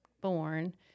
born